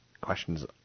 questions